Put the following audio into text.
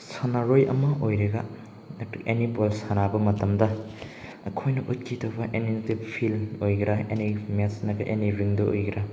ꯁꯅꯥꯔꯣꯏ ꯑꯃ ꯑꯣꯏꯔꯒ ꯑꯦꯅꯤ ꯕꯣꯜ ꯁꯥꯟꯅꯕ ꯃꯇꯝꯗ ꯑꯩꯈꯣꯏꯅ ꯎꯠꯈꯤꯗꯕ ꯑꯦꯅꯤꯃꯤꯇꯤꯛ ꯐꯤꯜ ꯑꯣꯏꯒꯦꯔ ꯑꯦꯅꯤ ꯃꯦꯠꯁ ꯑꯦꯅꯤ ꯋꯤꯟꯗꯣ ꯑꯣꯏꯒꯦꯔ